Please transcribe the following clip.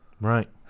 Right